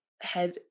head